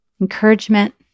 encouragement